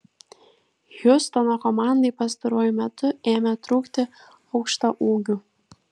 hjustono komandai pastaruoju metu ėmė trūkti aukštaūgių